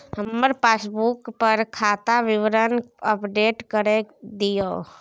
हमर पासबुक पर खाता विवरण अपडेट कर दियो